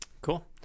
Cool